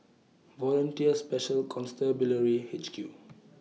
Volunteer Special Constabulary H Q